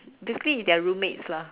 basically they're roommates lah